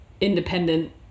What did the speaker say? independent